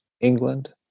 England